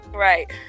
right